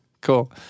Cool